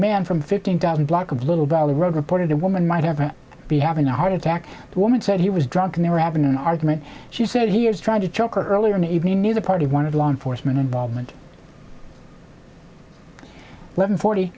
man from fifteen thousand block of little valley road reported the woman might have be having a heart attack the woman said he was drunk and they were having an argument she said here is trying to choke her earlier in the evening neither party wanted law enforcement involvement letting forty